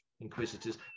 inquisitors